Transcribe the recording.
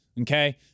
Okay